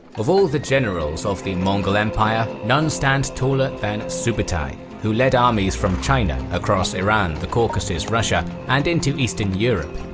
of all the generals of the mongol empire, none stand taller than subutai, who led armies from china, across iran, the caucasus, russia, and into eastern europe.